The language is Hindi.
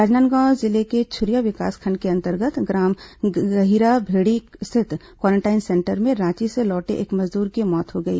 राजनांदगांव जिले के छुरिया विकासखंड के अंतर्गत ग्राम गहिराभेड़ी स्थित क्वारेंटाइन सेंटर में रांची से लौटे एक मजदूर की मौत हो गई